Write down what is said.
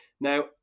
now